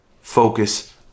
focus